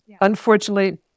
Unfortunately